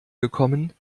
gekommen